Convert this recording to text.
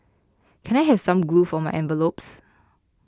can I have some glue for my envelopes